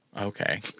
Okay